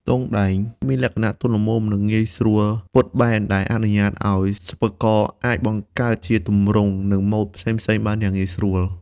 ទង់ដែងមានលក្ខណៈទន់ល្មម និងងាយស្រួលពត់បែន ដែលអនុញ្ញាតឲ្យសិប្បករអាចបង្កើតជាទម្រង់ និងម៉ូដផ្សេងៗបានយ៉ាងងាយស្រួល។